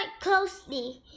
closely